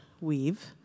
weave